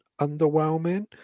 underwhelming